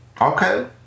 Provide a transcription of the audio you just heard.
Okay